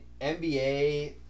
NBA